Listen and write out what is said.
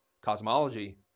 cosmology